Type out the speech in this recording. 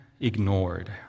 ignored